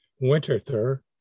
Winterthur